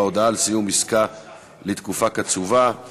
אני קובע כי